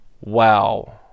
Wow